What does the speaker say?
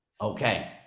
Okay